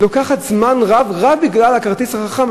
לוקחת זמן רב רק בגלל הכרטיס החכם,